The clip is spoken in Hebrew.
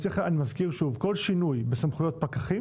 אני מזכיר שוב, כל שינוי בסמכויות פקחים